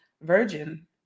Virgin